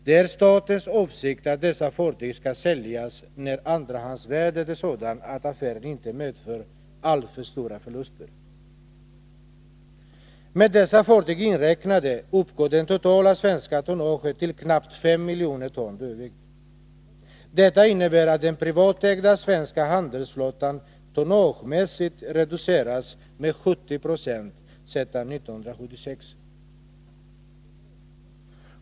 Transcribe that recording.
Det är statens avsikt att dessa fartyg skall säljas när andrahandsvärdet är sådant att affären inte medför alltför stora förluster. Med dessa fartyg inräknade uppgår det totala svenska tonnaget till knappt 5 milj. ton dw. Detta innebär att den privatägda svenska handelsflottan tonnagemässigt reducerats med 70 96 sedan 1976.